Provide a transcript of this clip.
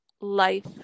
life